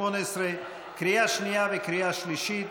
התשע"ח 2018, לקריאה שנייה וקריאה שלישית.